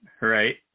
Right